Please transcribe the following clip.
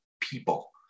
people